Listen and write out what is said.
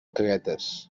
caguetes